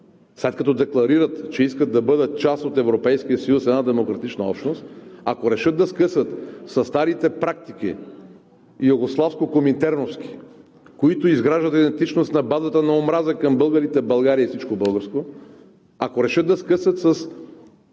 сега, като декларират, че искат да бъдат част от Европейския съюз – една демократична общност, ако решат да скъсат със старите практики югославско-коминтерновски, които изграждат идентичност на базата на омраза към българите в България и всичко българско, ако решат да скъсат с